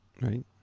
Right